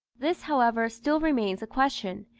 this, however, still remains a question,